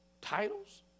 titles